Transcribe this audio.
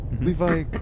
Levi